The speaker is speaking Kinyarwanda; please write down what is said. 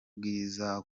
bwiza